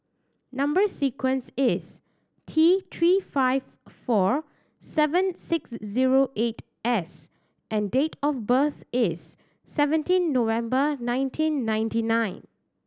number sequence is T Three five four seven six zero eight S and date of birth is seventeen November nineteen ninety nine